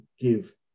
give